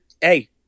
Hey